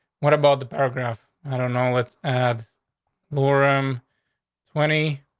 what about the paragraph? i don't know. let's add florham twenty.